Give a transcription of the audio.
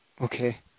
Okay